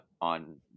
on